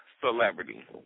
celebrity